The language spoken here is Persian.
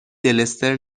دلستر